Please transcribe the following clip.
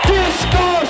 Disco